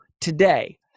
today